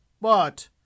But—